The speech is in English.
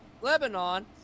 Lebanon